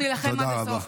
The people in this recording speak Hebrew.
אנחנו נילחם עד הסוף.